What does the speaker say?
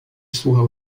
słuchał